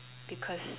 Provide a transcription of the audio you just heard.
because